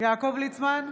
יעקב ליצמן,